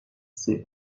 ses